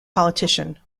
politician